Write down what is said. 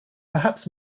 perhaps